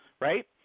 right